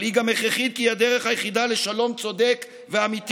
אבל היא גם הכרחית כי היא הדרך היחידה לשלום צודק ואמיתי.